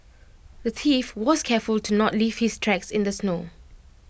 the thief was careful to not leave his tracks in the snow